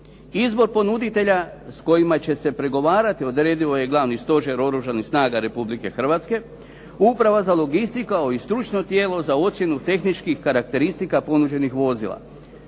Izbor ponuditelja s kojima će se pregovarati odredio je Glavni stožer Oružanih snaga Republike Hrvatske, Uprava za logističku kao i stručno tijelo za ocjenu tehničkih karakteristika ponuđenih vozila.